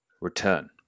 return